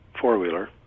four-wheeler